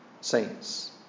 saints